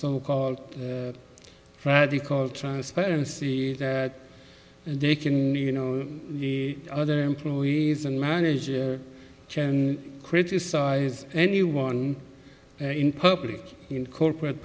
so called radical transparency and they can you know the other employees and managers criticize anyone in public in corporate